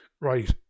right